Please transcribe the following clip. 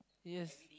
yes